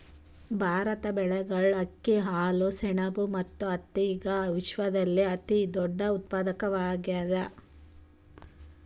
ಭಾರತ ಬೇಳೆಕಾಳ್, ಅಕ್ಕಿ, ಹಾಲು, ಸೆಣಬು ಮತ್ತು ಹತ್ತಿದಾಗ ವಿಶ್ವದಲ್ಲೆ ದೊಡ್ಡ ಉತ್ಪಾದಕವಾಗ್ಯಾದ